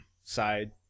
side